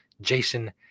Jason